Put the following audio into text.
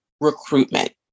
recruitment